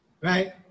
right